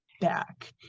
back